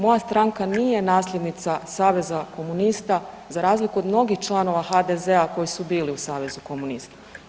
Moja stranka nije nasljednica Saveza komunista, za razliku od mnogih članova HDZ-a koji su bili u Savezu komunista.